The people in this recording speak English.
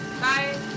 Bye